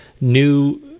new